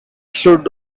should